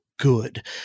Good